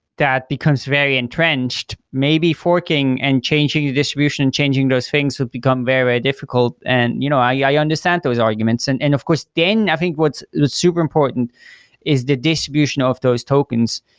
that becomes very entrenched, maybe forking and changing the distribution, and changing those things would become very, very difficult. and you know i yeah yeah understand those arguments. and and of course, then i think what's super important is the distribution of those tokens.